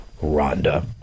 Rhonda